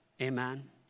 Amen